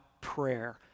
prayer